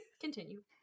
continue